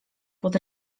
pod